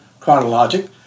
chronologic